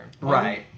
right